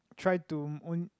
try to own